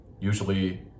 usually